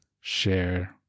share